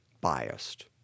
biased